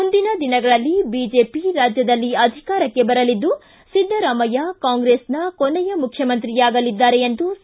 ಮುಂದಿನ ದಿನಗಳಲ್ಲಿ ಬಿಜೆಪಿ ರಾಜ್ಯದಲ್ಲಿ ಅಧಿಕಾರಕ್ಕೆ ಬರಲಿದ್ದು ಸಿದ್ದರಾಮಯ್ಕ ಕಾಂಗ್ರಸ್ನ ಕೊನೆಯ ಮುಖ್ಯಮಂತ್ರಿಯಾಗಲಿದ್ದಾರೆ ಎಂದು ಸಿ